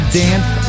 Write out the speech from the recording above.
dance